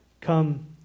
come